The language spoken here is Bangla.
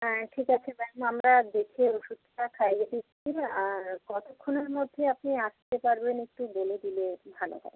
হ্যাঁ ঠিক আছে ম্যাম আমরা দেখে ওষুধটা খাইয়ে দিচ্ছি আর কতক্ষণের মধ্যে আপনি আসতে পারবেন একটু বলে দিলে ভালো হয়